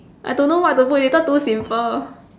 I don't know what to put later too simple